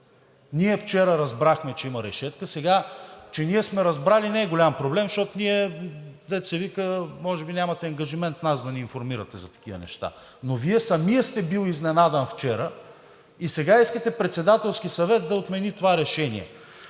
Ние вчера разбрахме, че има решетка. Че ние сме разбрали, не е голям проблем, защото, дето се вика, може би нямате ангажимент нас да ни информирате за такива неща, но Вие самият сте били изненадан вчера и сега искате Председателският съвет да отмени това решение.